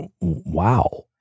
wow